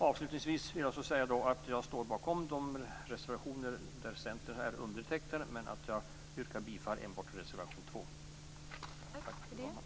Avslutningsvis vill jag säga att jag står bakom de reservationer där Centern är undertecknare, men att jag yrkar bifall enbart till reservation 2.